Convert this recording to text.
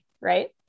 right